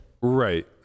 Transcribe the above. right